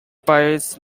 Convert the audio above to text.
piles